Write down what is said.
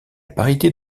parité